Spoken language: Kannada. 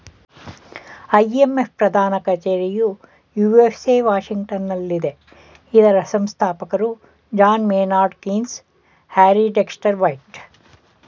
ಐ.ಎಂ.ಎಫ್ ಪ್ರಧಾನ ಕಚೇರಿಯು ಯು.ಎಸ್.ಎ ವಾಷಿಂಗ್ಟನಲ್ಲಿದೆ ಇದರ ಸಂಸ್ಥಾಪಕರು John Maynard Keynes, Harry Dexter white